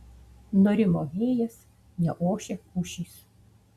nurimo vėjas neošia pušys